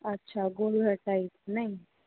अच्छा घूम नहीं